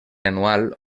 anual